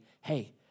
hey